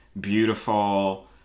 beautiful